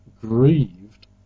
grieved